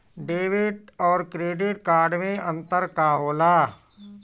Debit और credit card मे अंतर का होला?